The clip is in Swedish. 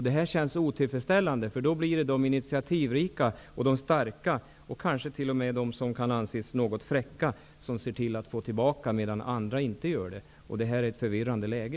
Detta känns otillfredsställande, eftersom det då blir de initiativrika och starka och kanske t.o.m. de som kan anses något fräcka som ser till att få tillbaka, medan andra inte gör det. Detta är ett förvirrande läge.